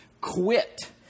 quit